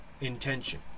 Intention